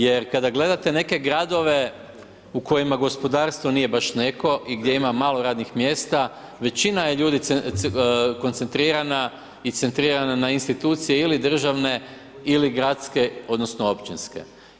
Jer kada gledate neke gradove u kojima gospodarstvo nije baš neko i gdje ima malo radnih mjesta, većina je ljudi koncentrirana i centrirana na institucije ili državne ili gradske, odnosno, općinske.